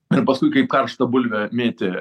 ir paskui kaip karštą bulvę mėtė